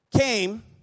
came